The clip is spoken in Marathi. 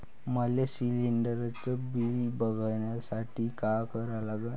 मले शिलिंडरचं बिल बघसाठी का करा लागन?